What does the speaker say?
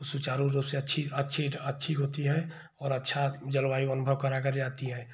वो सुचारू रूप से अच्छी अच्छी अच्छी होती है और अच्छा जलवायु अनुभव कराकर जाती है